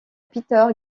peter